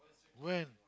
when